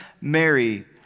Mary